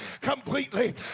completely